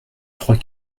trois